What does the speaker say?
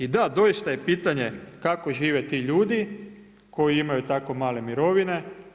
I da doista je pitanje kako žive ti ljudi koji imaju tako male mirovine.